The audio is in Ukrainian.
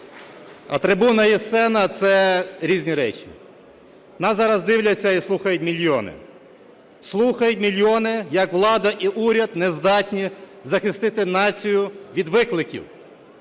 а трибуна і сцена – це різні речі. Нас зараз дивляться і слухають мільйони, слухають мільйони, як влада і уряд не здатні захистити націю від викликів,